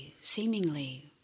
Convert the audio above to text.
seemingly